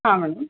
ಹಾಂ ಮೇಡಮ್